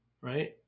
Right